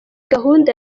gahunda